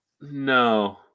No